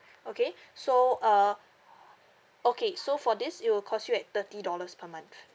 okay so uh okay so for this it will cost you at thirty dollars per month